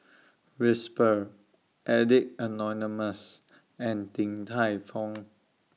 Whisper Addicts Anonymous and Din Tai Fung